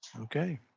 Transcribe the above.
Okay